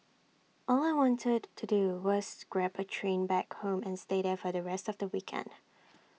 all I wanted to do was grab A train back home and stay there for the rest of the weekend